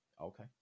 Okay